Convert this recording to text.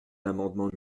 l’amendement